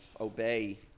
obey